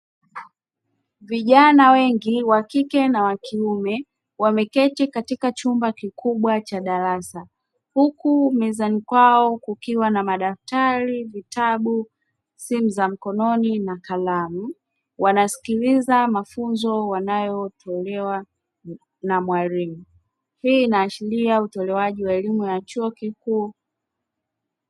Vijana wengi wa kike na wakiume wameketi katika chumba kikubwa cha darasa .Huku mezani kwao kukiwa na madaftari, vitabu, simu za mkononi na kalamu, wanasikiiza mafunzo wanayotolewa na mwalimu. Hii inaashiria utolewaji wa elimu ya chuo kikuu.